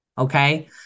Okay